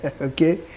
Okay